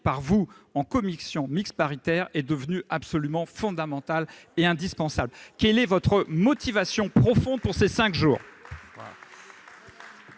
par vous en commission mixte paritaire est devenue fondamentale et indispensable. Quelle est votre motivation profonde ? Vous nous